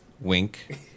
wink